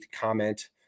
comment